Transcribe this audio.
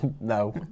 no